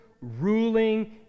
ruling